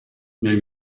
nel